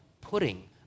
putting